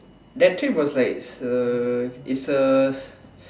that trip was like it's a it's a